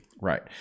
Right